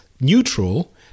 neutral